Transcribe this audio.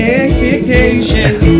expectations